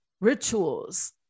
rituals